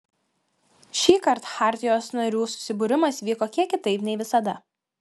šįkart chartijos narių susibūrimas vyko kiek kitaip nei visada